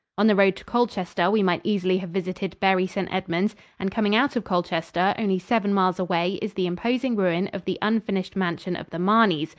on the road to colchester we might easily have visited bury st. edmunds, and coming out of colchester, only seven miles away is the imposing ruin of the unfinished mansion of the marneys,